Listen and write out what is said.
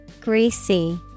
Greasy